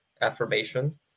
affirmation